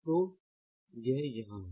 तो यह यहाँ है